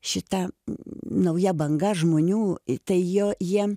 šita nauja banga žmonių į tai jie jiem